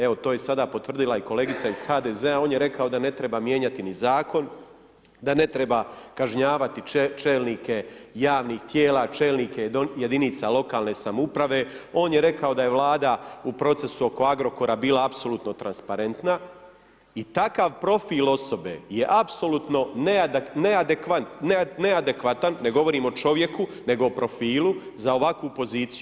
Evo to je sada potvrdila i kolegica iz HDZ-a on je rekao da ne treba mijenjati ni zakon, da ne treba kažnjavati čelnike javnih tijela, čelnike jedinica lokalne samouprave, on je rekao da je Vlada u procesu oko Agrokora bila apsolutno transparentna i takav profil osobe je apsolutno neadekvatan, ne govorim o čovjeku nego o profilu za ovakvu poziciju.